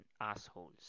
assholes